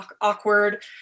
awkward